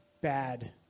bad